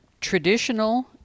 Traditional